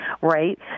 right